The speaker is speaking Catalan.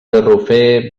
garrofer